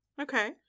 Okay